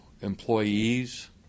employees